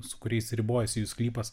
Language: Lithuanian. su kuriais ribojasi jų sklypas